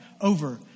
over